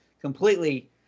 completely